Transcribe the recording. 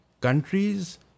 Countries